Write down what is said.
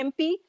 MP